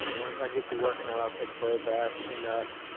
once i get through working out i'll take birdbath, clean up.